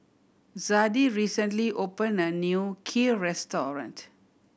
Zadie recently opened a new Kheer restaurant